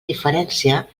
diferència